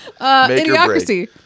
Idiocracy